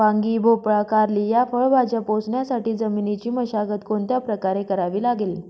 वांगी, भोपळा, कारली या फळभाज्या पोसण्यासाठी जमिनीची मशागत कोणत्या प्रकारे करावी लागेल?